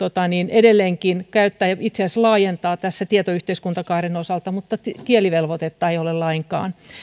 edelleenkin käyttää ja itse asiassa laajentaa tämän tietoyhteiskuntakaaren osalta mutta kielivelvoitetta ei ole lainkaan